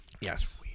Yes